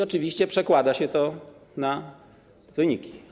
Oczywiście przekłada się to na wyniki.